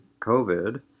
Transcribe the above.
covid